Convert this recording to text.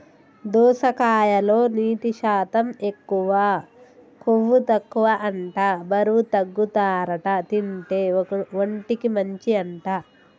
దోసకాయలో నీటి శాతం ఎక్కువ, కొవ్వు తక్కువ అంట బరువు తగ్గుతారట తింటే, ఒంటికి మంచి అంట